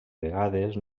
vegades